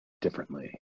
differently